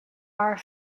are